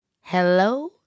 Hello